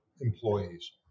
employees